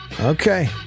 Okay